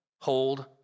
hold